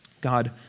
God